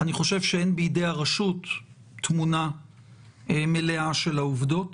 אני חושב שאין בידי הרשות תמונה מלאה של העובדות.